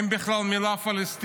אין בכלל את המילה "פלסטינים".